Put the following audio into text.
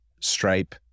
Stripe